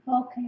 Okay